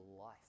life